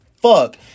fuck